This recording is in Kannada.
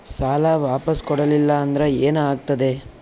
ಸಾಲ ವಾಪಸ್ ಕೊಡಲಿಲ್ಲ ಅಂದ್ರ ಏನ ಆಗ್ತದೆ?